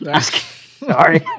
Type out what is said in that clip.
Sorry